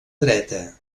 dreta